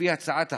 לפי הצעת החוק,